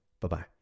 bye-bye